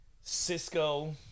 Cisco